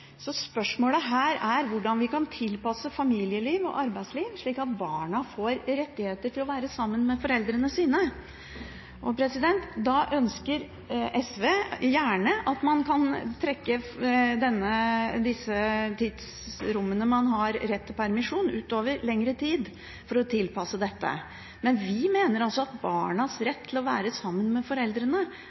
Så spørsmålet her er hvordan vi kan tilpasse familieliv og arbeidsliv, sånn at barna får rettigheter til å være sammen med foreldrene sine. Da ønsker SV gjerne at man kan trekke disse tidsrommene man har rett til permisjon, lengre utover i tid for å tilpasse dette. Men vi mener altså at barnas rett til å være sammen med foreldrene